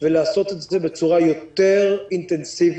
ולעשות את זה בצורה יותר אינטנסיבית,